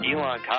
Elon